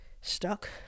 stuck